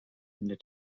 into